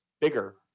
bigger